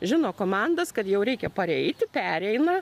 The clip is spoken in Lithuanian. žino komandas kad jau reikia pareiti pereina